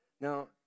Now